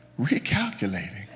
recalculating